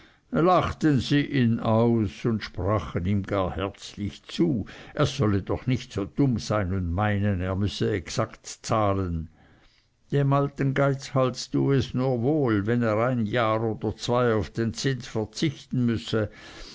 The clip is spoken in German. lachten sie ihn aus und sprachen ihm gar herzlich zu er solle doch nicht so dumm sein und meinen er müsse exakt zahlen dem alten geizhals tue es nur wohl wenn er ein jahr oder zwei auf den zins warten müsse